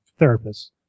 therapists